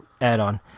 add-on